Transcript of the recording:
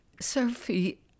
Sophie